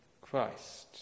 Christ